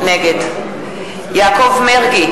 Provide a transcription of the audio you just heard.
נגד יעקב מרגי,